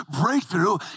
breakthrough